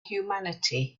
humanity